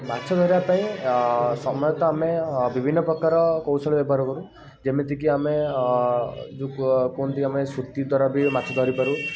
ମାଛ ଧରିବା ପାଇଁ ସମସ୍ତେ ଆମେ ବିଭିନ୍ନ ପ୍ରକାର କୌଶଳ ବ୍ୟବହାର କରୁ ଯେମିତିକି ଆମେ ଯେଉଁ କୁହନ୍ତି ଆମେ ସୁତି ଦ୍ୱାରା ମାଛ ଧରିପାରୁ